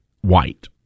white